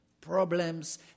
problems